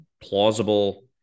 plausible